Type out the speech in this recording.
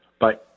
Bye